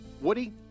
Woody